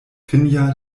finja